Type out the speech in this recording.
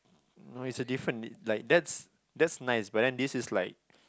no it's a different th~ like that's that's nice but then this is like